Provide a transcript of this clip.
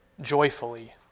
joyfully